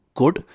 good